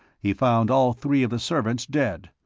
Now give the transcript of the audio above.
he found all three of the servants dead,